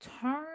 Turn